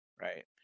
Right